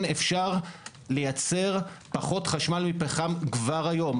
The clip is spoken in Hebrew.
כן אפשר לייצר פחות חשמל מפחם כבר היום.